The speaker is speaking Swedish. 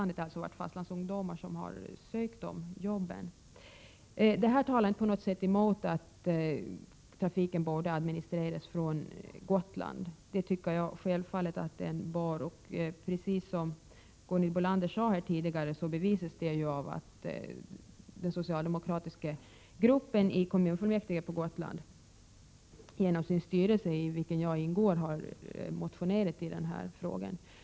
Det har alltså varit fastlandsungdomar som sökt jobben. Det här talar inte på något sätt emot att trafiken borde administreras från Gotland. Det tycker jag självfallet att den bör. Precis som Gunhild Bolander sade här tidigare bevisas det ju av att den socialdemokratiska gruppen i kommunfullmäktige på Gotland genom sin styrelse, i vilken jag ingår, har motionerat i frågan.